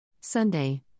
Sunday